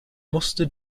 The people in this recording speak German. musste